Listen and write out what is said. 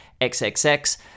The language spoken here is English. XXX